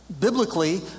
biblically